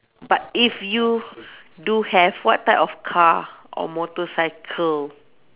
but if you do have what type of car or motorcycle